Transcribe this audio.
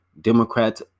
Democrats